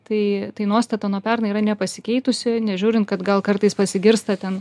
tai tai nuostata nuo pernai yra nepasikeitusi nežiūrint kad gal kartais pasigirsta ten